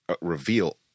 reveal